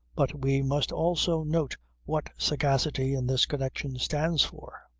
but we must also note what sagacity in this connection stands for.